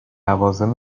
لوازم